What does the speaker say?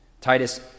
Titus